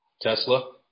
Tesla